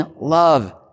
love